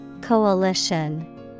Coalition